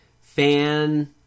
fan